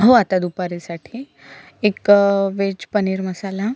हो आता दुपारीसाठी एक वेज पनीर मसाला